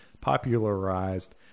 popularized